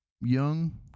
young